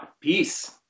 Peace